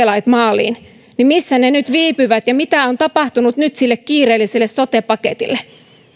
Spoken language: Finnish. lait maaliin missä ne nyt viipyvät ja mitä on nyt tapahtunut sille kiireelliselle sote paketille